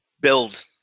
build